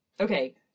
Okay